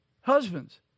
husbands